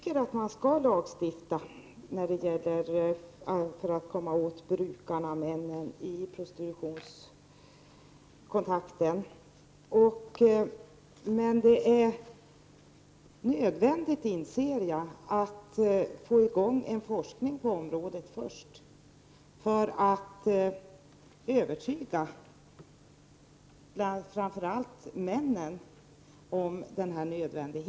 Fru talman! Jag tycker att det behövs en lagstiftning för att komma åt brukarna, männen, i prostitutionskontakten. Jag inser dock att det är nödvändigt att först få i gång en forskning på området. Det gäller att övertyga framför allt männen om att detta är nödvändigt.